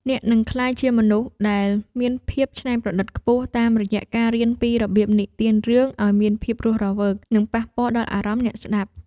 អ្នកនឹងក្លាយជាមនុស្សដែលមានភាពច្នៃប្រឌិតខ្ពស់ តាមរយៈការរៀនពីរបៀបនិទានរឿងឱ្យមានភាពរស់រវើក និងប៉ះពាល់ដល់អារម្មណ៍អ្នកស្ដាប់។